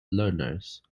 learners